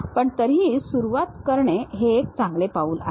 पण तरीही सुरुवात करणे हे एक चांगले पाऊल आहे